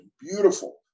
beautiful